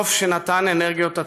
נוף שנתן אנרגיות עצומות.